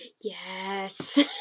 Yes